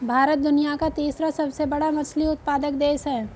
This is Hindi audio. भारत दुनिया का तीसरा सबसे बड़ा मछली उत्पादक देश है